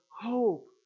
hope